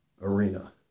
arena